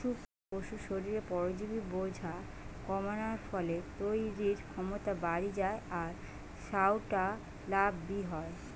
পুশা পশুর শরীরে পরজীবি বোঝা কমানার ফলে তইরির ক্ষমতা বাড়ি যায় আর সউটা লাভ বি হয়